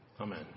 Amen